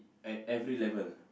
at every level